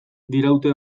diraute